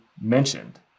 mentioned